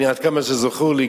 עד כמה שזכור לי,